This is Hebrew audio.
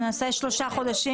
נעשה שלושה חודשים.